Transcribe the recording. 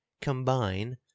combine